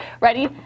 Ready